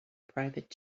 private